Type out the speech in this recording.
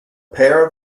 pair